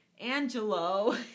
Angelo